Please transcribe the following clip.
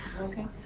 okay.